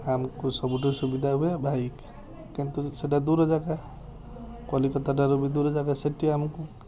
ଆମକୁ ସବୁଠୁ ସୁବିଧା ହୁଏ ବାଇକ୍ କିନ୍ତୁ ସେଇଟା ଦୂର ଜାଗା କଲିକତା ଠାରୁ ବି ଦୂର ଜାଗା ସେଠି ଆମକୁ